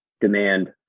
demand